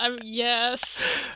Yes